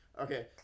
Okay